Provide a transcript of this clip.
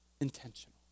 intentional